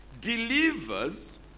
delivers